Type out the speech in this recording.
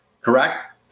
Correct